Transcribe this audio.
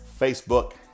Facebook